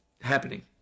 happening